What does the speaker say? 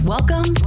Welcome